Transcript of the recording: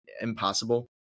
impossible